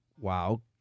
Wow